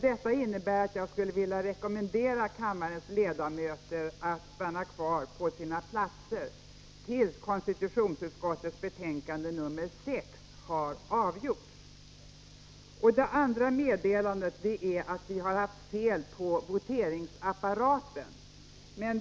Detta innebär att jag skulle vilja rekommendera kammarens ledamöter att stanna kvar på sina platser tills konstitutionsutskottets betänkande 5 har avgjorts. Det andra meddelandet är att vi har haft fel på voteringsapparaten.